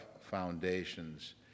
foundations